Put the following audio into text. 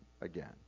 again